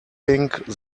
think